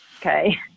Okay